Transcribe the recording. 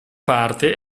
parte